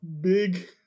big